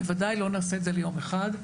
בוודאי לא נעשה את זה ביום אחד.